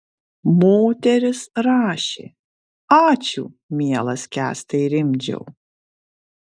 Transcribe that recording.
moteris rašė ačiū mielas kęstai rimdžiau